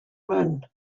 moon